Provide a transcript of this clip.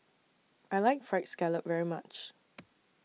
I like Fried Scallop very much